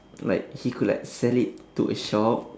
like he could like sell it to a shop